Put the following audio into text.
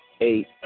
eight